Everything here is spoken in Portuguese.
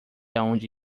aonde